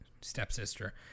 stepsister